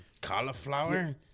Cauliflower